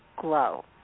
glow